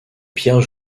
pierre